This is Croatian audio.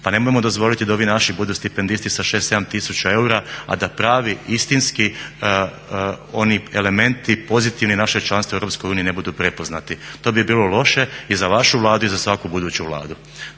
Pa nemojmo dozvoliti da ovi naši budu stipendisti sa 6, 7 tisuća eura a da pravi, istinski oni elementi pozitivni našeg članstva u Europskoj uniji ne budu prepoznati. To bi bilo loše i za vašu Vladu i za svaku buduću Vladu.